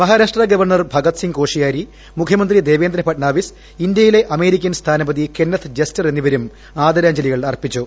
Maharashtra governor Bhagat Singh Koshyari മുഖ്യമന്ത്രി ദേവേന്ദ്ര ഫട്നാവിസ് ഇന്ത്യയിലെ American സ്ഥാനപതി കെന്നത്ത് ജസ്റ്റർ എന്നിവരും ആദരാഞ്ജലികൾ അർപ്പിച്ചു